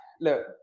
look